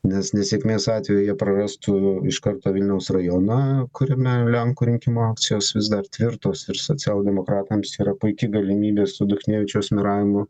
nes nesėkmės atveju jie prarastų iš karto vilniaus rajoną kuriame lenkų rinkimų akcijos vis dar tvirtos ir socialdemokratams yra puiki galimybė su duchnevičiaus mirangu